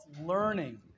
learning